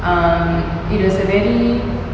um it was a very